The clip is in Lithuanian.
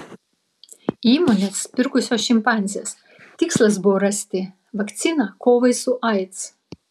įmonės pirkusios šimpanzes tikslas buvo rasti vakciną kovai su aids